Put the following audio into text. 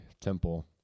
temple